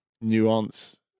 nuance